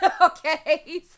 okay